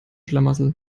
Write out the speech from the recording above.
schlamassel